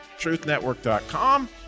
truthnetwork.com